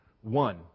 one